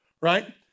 right